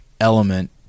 element